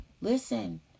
listen